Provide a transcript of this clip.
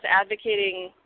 advocating